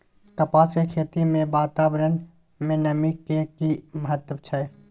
कपास के खेती मे वातावरण में नमी के की महत्व छै?